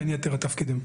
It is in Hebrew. בין יתר התפקידים.